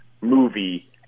movie